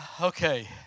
Okay